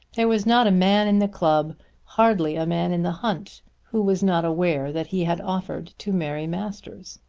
there was not a man in the club hardly a man in the hunt who was not aware that he had offered to mary masters.